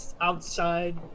outside